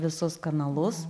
visus kanalus